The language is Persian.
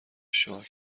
شاه